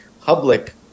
public